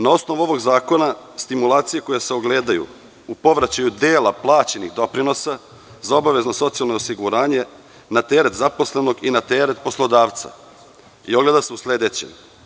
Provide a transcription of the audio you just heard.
Na osnovu ovog zakona stimulacije koje se ogledaju u povraćaju dela plaćenih doprinosa za obavezno socijalno osiguranje na teret zaposlenog i na teret poslodavca, ogledaju se u sledećem.